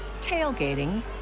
tailgating